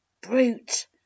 brute